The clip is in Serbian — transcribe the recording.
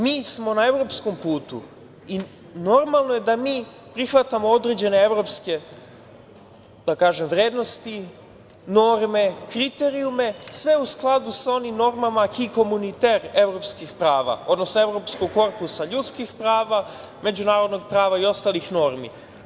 Mi smo na evropskom putu i normalno je da mi prihvatamo određene evropske, da kažem, vrednosti norme, kriterijume, sve u skladu sa normama evropskih prava, odnosno evropskog korpusa ljudskih prava, međunarodnog prava i ostalih normi.